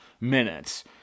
minutes